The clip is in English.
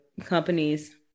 companies